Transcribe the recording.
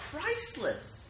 priceless